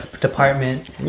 department